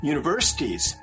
Universities